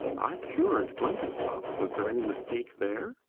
i cured blenkinsop was there any mistake there?